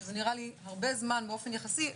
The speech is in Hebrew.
שזה נראה לי הרבה זמן באופן יחסי,